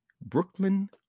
Brooklyn